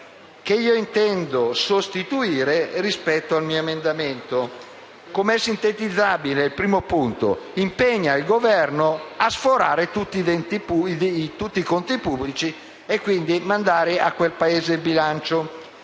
che io intendo sostituire con il mio emendamento. Com'è sintetizzabile il primo punto? In pratica impegna il Governo a sforare tutti i conti pubblici e quindi a mandare a quel Paese il bilancio.